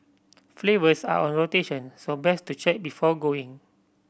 flavours are on rotation so best to check before going